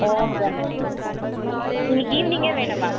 okay இன்னைக்கி ஈவினிங்கே வேணும் மேம்